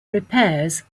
repairs